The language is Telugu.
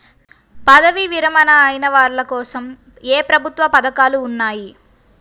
పదవీ విరమణ అయిన వాళ్లకోసం ఏ ప్రభుత్వ పథకాలు ఉన్నాయి?